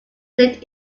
lived